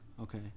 okay